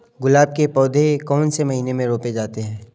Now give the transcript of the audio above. गुलाब के पौधे कौन से महीने में रोपे जाते हैं?